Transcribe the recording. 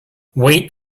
wait